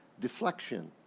deflection